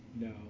No